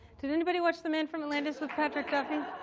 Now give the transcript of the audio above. did anybody watch the man from atlantis with patrick duffy?